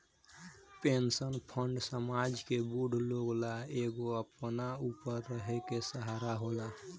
pension fund समाज के बूढ़ लोग ला एगो अपना ऊपर रहे के सहारा होला